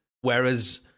Whereas